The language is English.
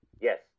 Yes